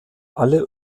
alle